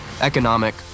economic